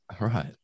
right